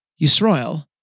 Yisroel